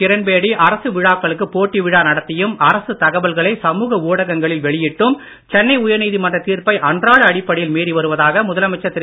கிரண்பேடி அரசு விழாக்களுக்கு போட்டி விழா நடத்தியும் அரசுத் தகவல்களை சமூக ஊடகங்களில் வெளியிட்டும் சென்னை உயர் நீதிமன்றத் தீர்ப்பை அடிப்படையில் மீறி வருவதாக அன்றாட முதலமைச்சர் திரு